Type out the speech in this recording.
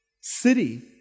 city